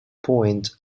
point